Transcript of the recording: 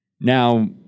Now